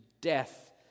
death